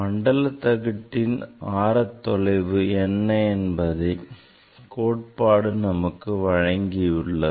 மண்டல தகட்டின் ஆரத்தொலைவு என்ன என்பதை கோட்பாடு நமக்கு வழங்கியுள்ளது